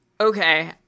Okay